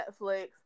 Netflix